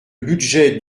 budget